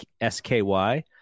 S-K-Y